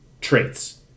traits